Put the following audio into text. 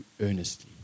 earnestly